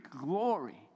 glory